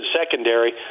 secondary